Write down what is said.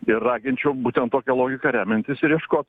ir raginčiau būtent tokia logika remiantis ir ieškot